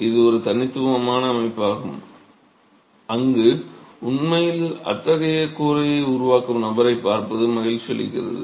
எனவே இது ஒரு தனித்துவமான அமைப்பாகும் அங்கு உண்மையில் அத்தகைய கூரையை உருவாக்கும் நபரைப் பார்ப்பது மகிழ்ச்சி அளிக்கிறது